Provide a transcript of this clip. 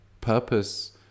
purpose